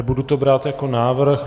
Nebudu to brát jako návrh.